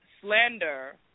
slander